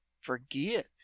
forget